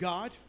God